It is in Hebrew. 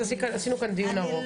עשינו כאן דיון ארוך.